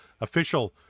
official